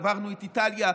עברנו את איטליה,